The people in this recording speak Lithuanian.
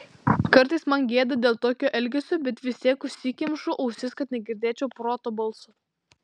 kartais man gėda dėl tokio elgesio bet vis tiek užsikemšu ausis kad negirdėčiau proto balso